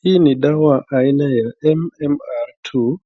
Hii ni dawa aina ya MMR2.